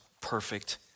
perfect